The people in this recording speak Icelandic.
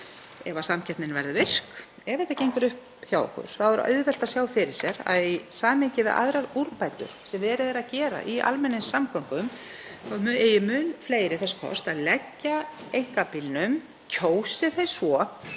Ef samkeppnin verður virk, ef þetta gengur upp hjá okkur, er auðvelt að sjá fyrir sér að í samhengi við aðrar úrbætur, sem verið er að gera í almenningssamgöngum, eigi mun fleiri þess kost að leggja einkabílnum kjósi þeir svo,